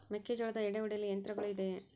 ಮೆಕ್ಕೆಜೋಳದ ಎಡೆ ಒಡೆಯಲು ಯಂತ್ರಗಳು ಇದೆಯೆ?